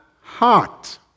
heart